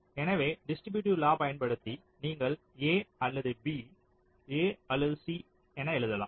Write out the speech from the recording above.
எனவே டிஸ்ட்ரிபியூட்டிவ் லாவை பயன்படுத்தி நீங்கள் a அல்லது b a அல்லது c எழுதலாம்